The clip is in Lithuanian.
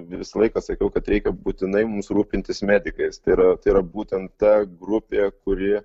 visą laiką sakiau kad reikia būtinai mums rūpintis medikais tai yra tai yra būtent ta grupė kuri